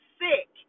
sick